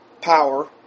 power